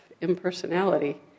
impersonality